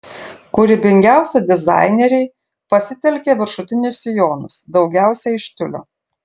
kūrybingiausi dizaineriai pasitelkė viršutinius sijonus daugiausiai iš tiulio